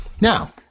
Now